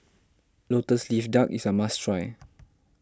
Lotus Leaf Duck is a must try